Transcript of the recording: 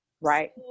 Right